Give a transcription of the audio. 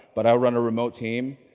but i run a remote team,